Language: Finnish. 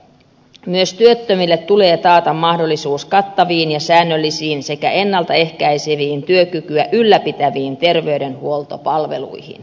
myös työttömille tulee taata mahdollisuus kattaviin ja säännöllisiin sekä ennalta ehkäiseviin työkykyä ylläpitäviin terveydenhuoltopalveluihin